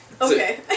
Okay